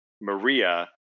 Maria